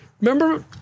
remember